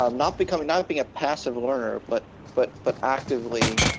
ah um not becoming, not being a passive learner but but but actively